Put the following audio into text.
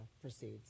proceeds